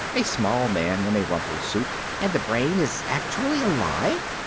a small man in a rumpled suit. and the brain is actually alive?